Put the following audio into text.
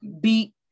beat